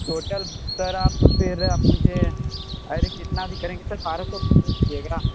total sir फिर आप मुझे अरे कितना भी करेंगे बाराह सौ रुपए दे दीजिएगा